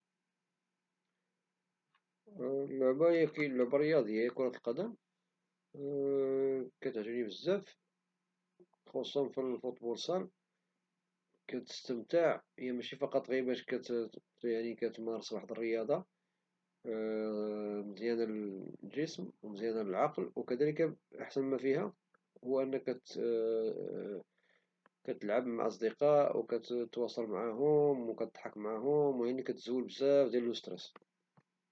اللعبة هي كرة القدم وكتعجبني - خصوصا فوتصال- كتستمتع، هي ماشي غير رياضة، مزيانة للجسم ومزيانة للعقل وكذلك كتلعب مع الأصدقاء وكتواصل معهم وكتضحك معهم، المهم كتزول بزاف ديال الستريس.